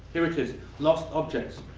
here it is. lost objects.